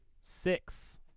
Six